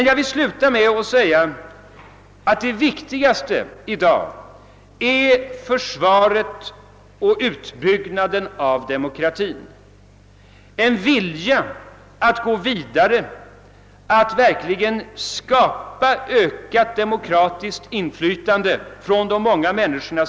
Jag vill sluta med att säga att det viktigaste i dag är försvaret och utbyggnaden av demokratin, en vilja att gå vidare och verkligen skapa ökat demokratiskt inflytande för de många människorna.